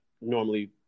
normally